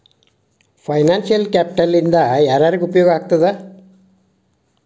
Financial capital ಇಂದಾ ಯಾರ್ಯಾರಿಗೆ ಉಪಯೊಗಾಗ್ತದ?